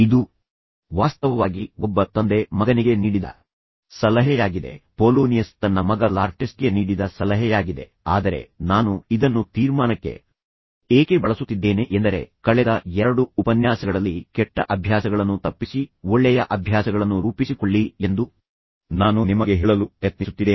ಇದು ವಾಸ್ತವವಾಗಿ ಒಬ್ಬ ತಂದೆ ಮಗನಿಗೆ ನೀಡಿದ ಸಲಹೆಯಾಗಿದೆ ಪೊಲೋನಿಯಸ್ ತನ್ನ ಮಗ ಲಾರ್ಟೆಸ್ಗೆ ನೀಡಿದ ಸಲಹೆಯಾಗಿದೆ ಆದರೆ ನಾನು ಇದನ್ನು ತೀರ್ಮಾನಕ್ಕೆ ಏಕೆ ಬಳಸುತ್ತಿದ್ದೇನೆ ಎಂದರೆ ಕಳೆದ ಎರಡು ಉಪನ್ಯಾಸಗಳಲ್ಲಿ ಕೆಟ್ಟ ಅಭ್ಯಾಸಗಳನ್ನು ತಪ್ಪಿಸಿ ಒಳ್ಳೆಯ ಅಭ್ಯಾಸಗಳನ್ನು ರೂಪಿಸಿಕೊಳ್ಳಿ ಎಂದು ನಾನು ನಿಮಗೆ ಹೇಳಲು ಪ್ರಯತ್ನಿಸುತ್ತಿದ್ದೇನೆ